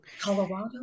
Colorado